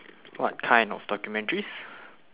what kind of documentaries